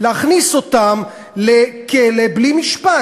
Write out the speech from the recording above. להכניס אותם לכלא בלי משפט.